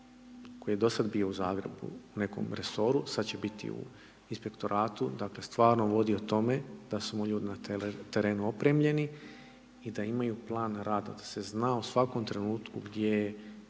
koji je do sada bio u Zagrebu u nekom resoru, sada će biti u Inspektoratu, dakle, stvarno vodio tome da su mu ljudi na terenu opremljeni i da imaju plan rada, da se zna u svakom trenutku gdje je